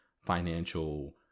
financial